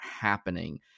happening